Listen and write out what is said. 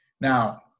Now